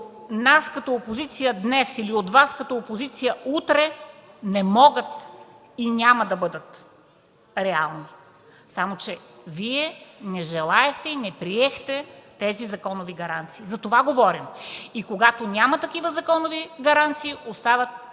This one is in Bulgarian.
нас, като опозиция днес, или от Вас, като опозиция утре, не могат и няма да бъдат реални. Само че Вие не желаехте и не приехте тези законови гаранции. За това говорим. Когато няма такива законови гаранции, остават